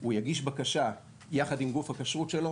הוא יגיש בקשה יחד עם גוף הכשרות שלו,